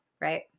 Right